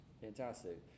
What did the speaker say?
Fantastic